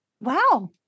Wow